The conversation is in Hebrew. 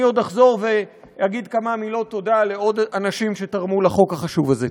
אני עוד אחזור ואגיד כמה מילות תודה לעוד אנשים שתרמו לחוק החשוב הזה.